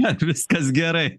ar viskas gerai